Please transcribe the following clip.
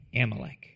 Amalek